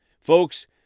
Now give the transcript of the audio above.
Folks